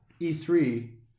e3